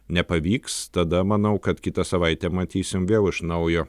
nepavyks tada manau kad kitą savaitę matysim vėl iš naujo